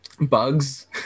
bugs